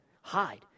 hide